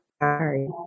sorry